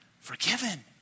forgiven